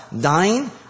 Dying